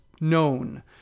known